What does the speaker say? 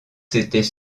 s’étaient